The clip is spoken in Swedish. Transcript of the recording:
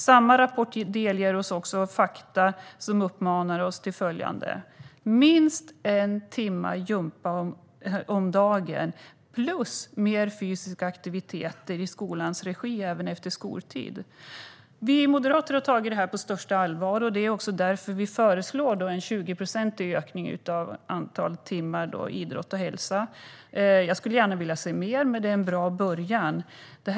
Samma rapport delger oss också fakta som uppmanar till minst en timme gympa om dagen samt mer fysisk aktivitet i skolans regi, även efter skoltid. Vi moderater har tagit detta på största allvar, och det är därför vi föreslår en 20-procentig ökning av antalet timmar i ämnet idrott och hälsa. Jag skulle gärna se mer, men det här är en bra början.